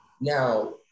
Now